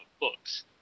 Books